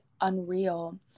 unreal